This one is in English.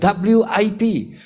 wip